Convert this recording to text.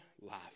life